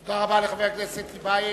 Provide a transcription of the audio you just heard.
תודה רבה לחבר הכנסת טיבייב.